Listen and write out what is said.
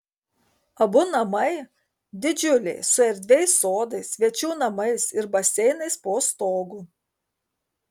abu namai didžiuliai su erdviais sodais svečių namais ir baseinais po stogu